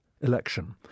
election